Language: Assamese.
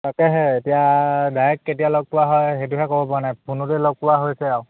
তাকেহে এতিয়া ডাইৰেক্ট কেতিয়া লগ পোৱা হয় সেইটোহে ক'বপৰা নাই ফোনতে লগ পোৱা হৈছে আৰু